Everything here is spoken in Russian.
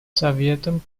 советом